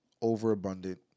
overabundant